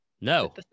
No